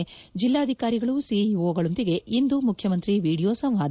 E ಜಿಲ್ಲಾಧಿಕಾರಿಗಳು ಸಿಇಒಗಳೊಂದಿಗೆ ಇಂದು ಮುಖ್ಯಮಂತ್ರಿ ವಿಡಿಯೋ ಸಂವಾದ